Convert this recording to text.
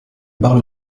bar